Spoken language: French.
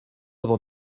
avant